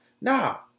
now